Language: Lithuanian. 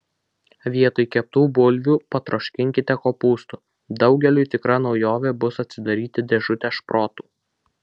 vietoj keptų bulvių patroškinkite kopūstų daugeliui tikra naujovė bus atsidaryti dėžutę šprotų